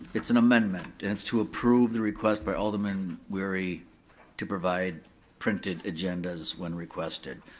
it's an amendment, and it's to approve the request by alderman wery to provide printed agendas when requested.